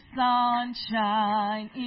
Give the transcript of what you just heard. sunshine